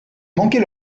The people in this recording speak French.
manquer